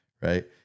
Right